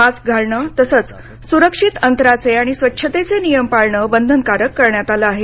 mask घालण तसंच सुरक्षित अंतराचे आणि स्वच्छतेचे नियम पाळणं बंधनकारक करण्यात आलं आहे